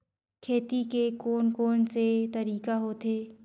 खेती के कोन कोन से तरीका होथे?